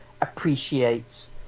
appreciates